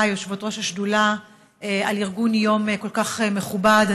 יושבות-ראש השדולה על ארגון יום כל כך מכובד.